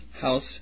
House